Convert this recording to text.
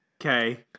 Okay